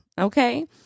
Okay